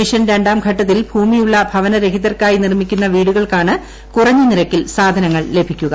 mission രണ്ടാം ഘട്ടത്തിൽ ഭൂമിയുള്ള ഭവനരഹിതർക്കായി ് നിർമിക്കുന്ന വീടുകൾക്കാണ് കുറഞ്ഞ നിരക്കിൽ സാധനങ്ങൾ ലഭിക്കുക